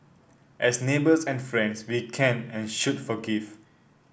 as neighbours and friends we can and should forgive